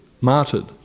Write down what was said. martyred